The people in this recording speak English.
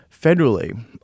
federally